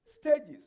stages